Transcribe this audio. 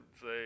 Say